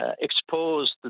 exposed